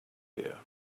idea